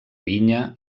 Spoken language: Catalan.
vinya